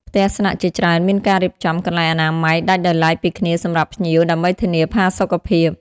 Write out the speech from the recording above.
ផ្ទះស្នាក់ជាច្រើនមានការរៀបចំ កន្លែងអនាម័យ ដាច់ដោយឡែកពីគ្នាសម្រាប់ភ្ញៀវ ដើម្បីធានាផាសុកភាព។